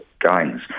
gangs